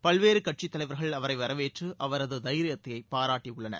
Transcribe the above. பல்வேறு கட்சித் தலைவர்கள் அவரை வரவேற்று அவரது தைரியத்தை பாராட்டியுள்ளனர்